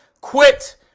quit